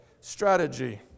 strategy